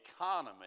economy